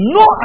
no